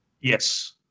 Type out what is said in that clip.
Yes